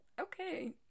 Okay